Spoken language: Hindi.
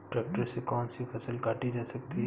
ट्रैक्टर से कौन सी फसल काटी जा सकती हैं?